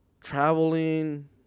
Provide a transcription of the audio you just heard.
Traveling